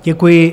Děkuji.